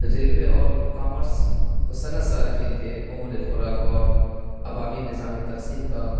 railway اور commerce و صنعت صارفین کے امور خوراک اور عوامی نظام تقسیم کا